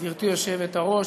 גברתי היושבת-ראש,